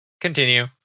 Continue